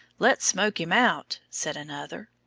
let's smoke him out, said another.